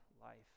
life